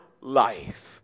life